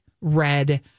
red